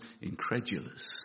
incredulous